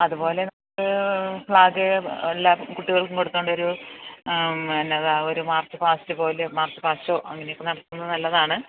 അതുപോലെ നമുക്ക് ഫ്ളാഗ് എല്ലാ കുട്ടികൾക്കും കൊടുത്തുകൊണ്ടൊരു പിന്നെ ഒരു മാർച്ച് പാസ്റ്റ് പോലെ മാർച്ച് പാസ്റ്റോ അങ്ങനെയൊക്കെ നടത്തുന്നതു നല്ലതാണ്